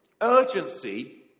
urgency